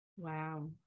Wow